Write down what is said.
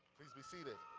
please be seated.